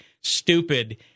stupid